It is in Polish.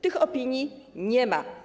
Tych opinii nie ma.